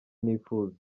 nifuza